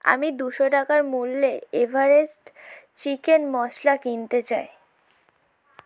আমি দুশো টাকার মূল্যে এভারেস্ট চিকেন মশলা কিনতে চাই